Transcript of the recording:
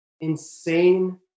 insane